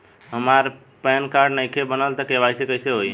हमार PAN card नईखे बनल त के.वाइ.सी कइसे होई?